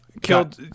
Killed